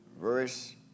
verse